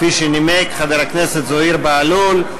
כפי שנימק חבר הכנסת זוהיר בהלול.